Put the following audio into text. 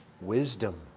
wisdom